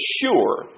sure